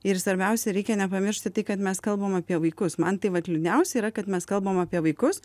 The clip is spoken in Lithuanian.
ir svarbiausia reikia nepamiršti tai kad mes kalbam apie vaikus man tai vat liūdniausia yra kad mes kalbam apie vaikus